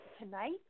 tonight